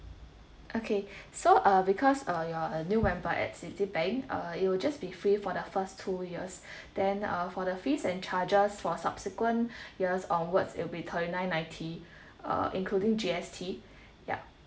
okay so uh because uh you're a new member at Citibank uh it will just be free for the first two years then uh for the fees and charges for subsequent years onwards it'll be thirty nine ninety uh including G_S_T ya